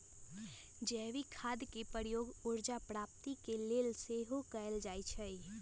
जैविक खाद के प्रयोग ऊर्जा प्राप्ति के लेल सेहो कएल जाइ छइ